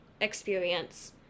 experience